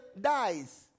dies